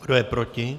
Kdo je proti?